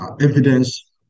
evidence